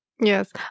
Yes